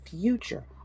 future